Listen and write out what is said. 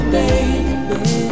baby